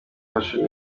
fashion